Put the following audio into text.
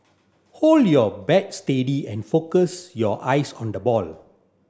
hold your bat steady and focus your eyes on the ball